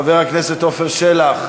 חבר הכנסת עפר שלח,